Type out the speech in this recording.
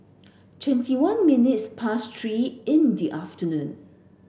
twenty one minutes past three in the afternoon